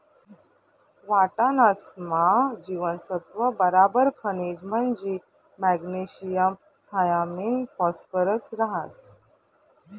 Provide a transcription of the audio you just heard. वाटाणासमा जीवनसत्त्व बराबर खनिज म्हंजी मॅग्नेशियम थायामिन फॉस्फरस रहास